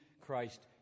Christ